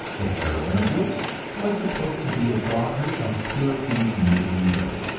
the heroine of which was supposed to be a daughter of puritan new england.